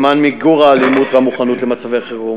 למען מיגור האלימות והמוכנות למצבי חירום.